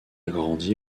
grandi